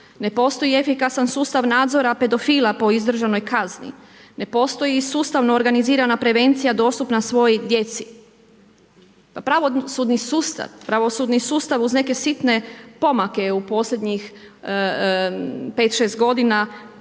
Ne postoji efikasan sustav nadzora pedofila po izdržanoj kazni, ne postoji sustavno organizirana prevencija dostupna svoj djeci. Pa pravosudni sustav uz neke sitne pomake u posljednjih 5, 6 godina